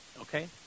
Okay